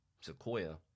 Sequoia